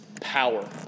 power